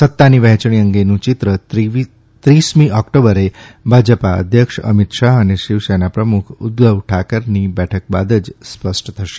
સત્તાની વહેંચણી અંગેનું ચિત્ર ત્રીસમી ઓક્ટોબરે ભાજપા અધ્યક્ષ અમીત શાહ અને શિવસેના પ્રમુખ ઉદ્ધવ ઠાકરેની બેઠક બાદ જ સ્પષ્ટ થશે